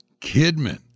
Kidman